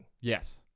Yes